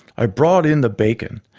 i brought in the bacon.